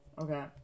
Okay